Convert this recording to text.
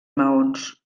maons